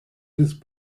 these